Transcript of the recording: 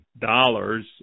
dollars